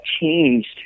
changed